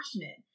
passionate